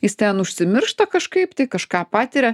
jis ten užsimiršta kažkaip tai kažką patiria